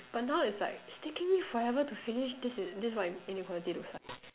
but now it's like it's taking me forever to finish this is this what inequality looks like